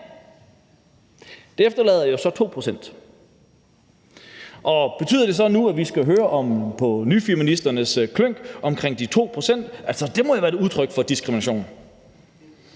det efterlader jo så 2 pct., og betyder det så nu, at vi skal høre på nyfeministernes klynk omkring de 2 pct., altså at det jo må være et udtryk for diskrimination?